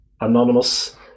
Anonymous